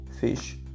fish